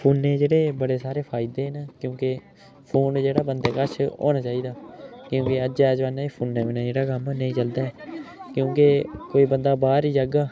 फोनै जेह्डे़ बड़े सारे फायदे न क्योंकि फोन जेह्ड़ा बन्दे कश होना चाहिदा क्योंकि अज्जै जमान्ने फोना बिना जेह्ड़ा कम्म नेईं चलदा ऐ क्योंकि कोई बन्दा बाह्र जाह्गा